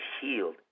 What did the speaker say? healed